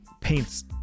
paints